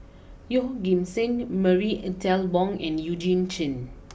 Yeoh Ghim Seng Marie Ethel Bong and Eugene Chen